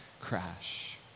crash